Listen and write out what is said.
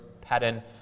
pattern